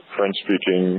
French-speaking